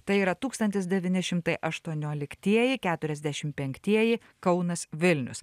tai yra tūkstantis devyni šimtai aštuonioliktieji keturiasdešim penktieji kaunas vilnius